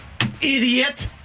Idiot